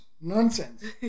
nonsense